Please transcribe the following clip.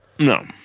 No